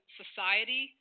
society